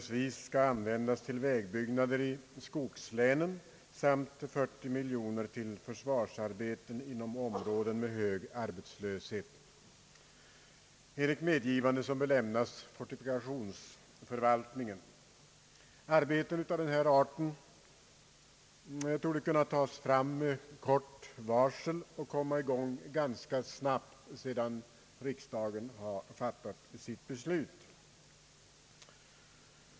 användas till vägbyggnader i skogslänen samt 40 miljoner till försvarsarbeten inom områden med hög arbetslöshet enligt medgivande som bör lämnas fortifikationsförvaltningen. Arbeten av denna art torde kunna tas fram med kort varsel och komma i gång ganska snabbt sedan riksdagen har fattat sitt beslut.